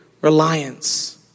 reliance